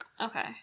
Okay